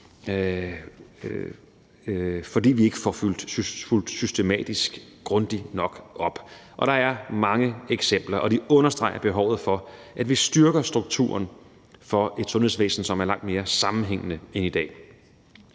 at vi ikke får fulgt systematisk og grundigt nok op. Der er mange eksempler, og de understreger behovet for, at vi styrker strukturen for at få et sundhedsvæsen, som er langt mere sammenhængende end i dag.